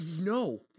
no